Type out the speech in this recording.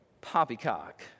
poppycock